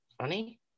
funny